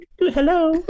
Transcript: hello